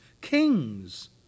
Kings